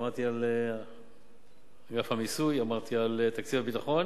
אמרתי על אגף המיסוי, אמרתי על תקציב הביטחון.